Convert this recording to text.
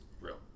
real